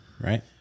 right